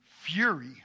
fury